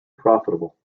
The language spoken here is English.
profitable